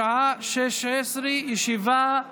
בשעה 16:00. ישיבה